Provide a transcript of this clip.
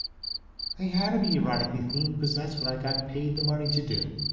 they had to be erotically theme because that's what i got paid the money to do.